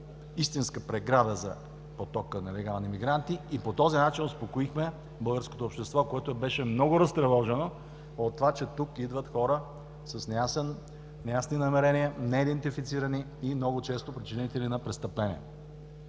истинска преграда за потока нелегални имигранти, и по този начин успокоихме българското общество, което беше много разтревожено от това, че тук идват хора с неясни намерения, неидентифицирани и много често причинители на престъпления.